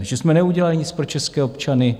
Že jsme neudělali nic pro české občany?